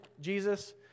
Jesus